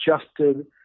adjusted